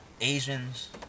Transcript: Asians